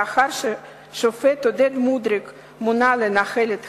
לאחר שהשופט עודד מודריק מונה לנהל את התיק,